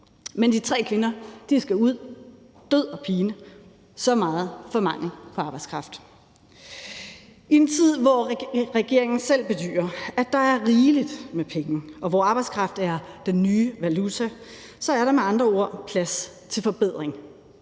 Men de tre kvinder skal ud – død og pine. Så meget for mangel på arbejdskraft. I en tid, hvor regeringen selv bedyrer, at der er rigeligt med penge, og hvor arbejdskraft er den nye valuta, er der med andre ord plads til forbedring.